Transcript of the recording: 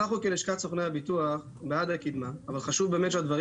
אנחנו כלשכת סוכני הביטוח בעד הקידמה אבל חשוב שהדברים